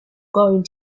going